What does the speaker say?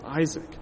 Isaac